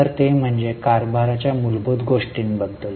तर ते म्हणजे कारभाराच्या मूलभूत गोष्टींबद्दल